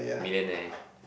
millionaire